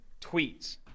tweets